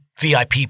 VIP